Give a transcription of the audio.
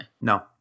No